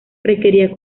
requería